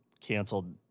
canceled